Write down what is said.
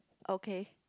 okay